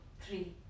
three